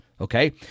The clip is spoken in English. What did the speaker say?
Okay